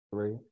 three